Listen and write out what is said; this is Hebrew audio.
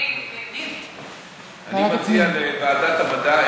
אני מציע לוועדת המדע.